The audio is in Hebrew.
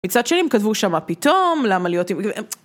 מצד שני, םם כתבו שמה פתאום, למה להיות עם...